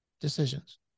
decisions